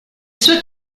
sue